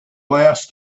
last